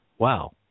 wow